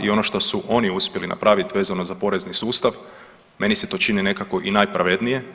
I ono što su oni uspjeli napraviti vezano za porezni sustav meni se to čini nekako i najpravednije.